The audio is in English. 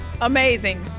Amazing